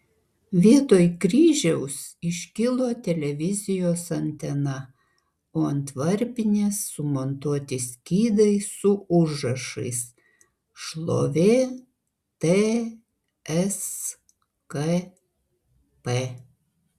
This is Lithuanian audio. vietoj kryžiaus iškilo televizijos antena o ant varpinės sumontuoti skydai su užrašais šlovė tskp